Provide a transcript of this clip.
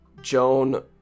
Joan